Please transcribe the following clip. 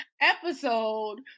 episode